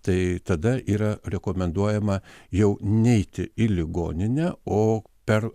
tai tada yra rekomenduojama jau neiti į ligoninę o per